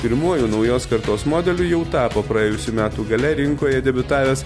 pirmuoju naujos kartos modeliu jau tapo praėjusių metų gale rinkoje debiutavęs